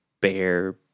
bear